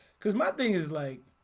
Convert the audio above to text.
cuz my thing is like